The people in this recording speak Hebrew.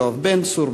יואב בן צור,